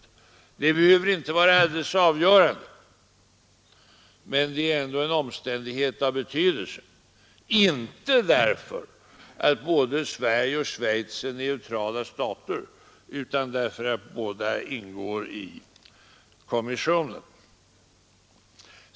En sådan samstämmighet, herr talman, behöver inte vara alldeles avgörande, men den är ändå en omständighet av betydelse — inte därför att både Sverige och Schweiz är neutrala stater utan därför att bägge ingår i kommissionen.